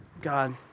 God